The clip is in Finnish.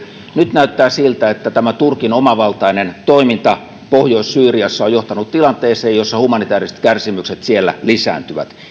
nyt näyttää siltä että tämä turkin omavaltainen toiminta pohjois syyriassa on johtanut tilanteeseen jossa humanitääriset kärsimykset siellä lisääntyvät